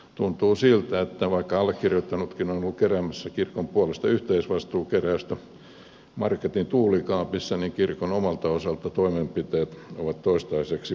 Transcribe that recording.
tuntuu siltä että vaikka allekirjoittanutkin on ollut keräämässä kirkon puolesta yhteisvastuukeräystä marketin tuulikaapissa niin kirkon omalta osalta toimenpiteet ovat toistaiseksi varsin vähäiset